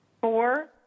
Four